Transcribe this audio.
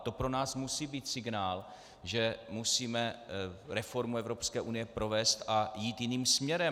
A to pro nás musí být signál, že musíme reformu Evropské unie provést a jít jiným směrem.